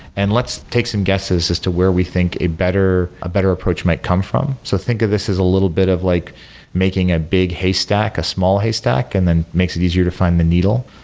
and let's take some guesses as to where we think a better a better approach might come from. so think of this is a little bit of like making a big haystack, a small haystack, and then makes it easier to find the needle.